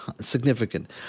significant